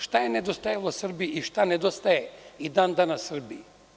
Šta je nedostajalo Srbiji i šta nedostaje i dan danas Srbiji?